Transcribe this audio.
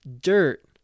dirt